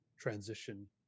transition